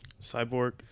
Cyborg